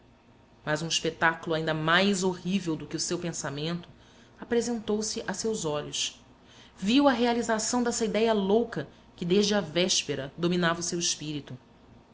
mas um espetáculo ainda mais horrível do que o seu pensamento apresentou-se a seus olhos viu a realização dessa idéia louca que desde a véspera dominava o seu espírito